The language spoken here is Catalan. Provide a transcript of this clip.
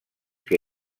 que